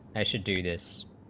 i should do this